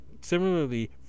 similarly